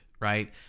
right